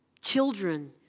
children